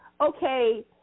Okay